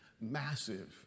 massive